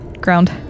ground